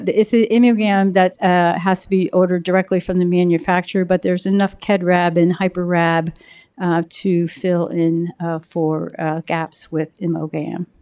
it's ah imogam that has to be ordered directly from the manufacturer, but there's enough kedrab and hyperrab to fill in for gaps with imogam.